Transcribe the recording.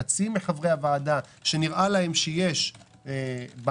חצי מחברי הוועדה שנראה להם שיש בעיה